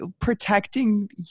protecting